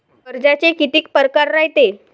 कर्जाचे कितीक परकार रायते?